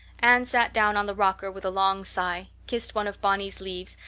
anne sat down on the rocker with a long sigh, kissed one of bonny's leaves,